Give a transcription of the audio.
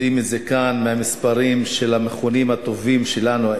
יודעים את זה כאן מהמספרים של המכונים הטובים שלנו,